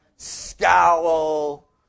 scowl